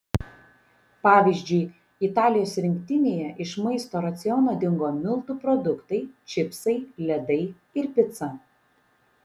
pavyzdžiui italijos rinktinėje iš maisto raciono dingo miltų produktai čipsai ledai ir pica